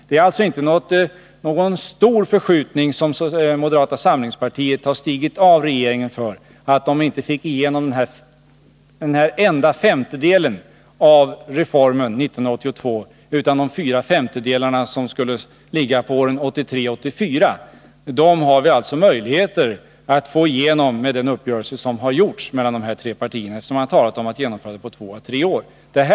Det är alltså inte någon stor förskjutning som har skett och som gjort att moderata samlingspartiet har lämnat regeringen. Moderata samlingspartiet fick inte igenom att denna enda femtedel av reformen skulle genomföras 1982, men de fyra femtedelar som skulle ligga på åren 1983-1984 har vi möjligheter att få igenom med den uppgörelse som har gjorts mellan de tre partierna. Det står ju i överenskommelsen att marginalskattesänkningen skall genomföras på två å tre år.